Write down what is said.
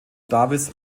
davis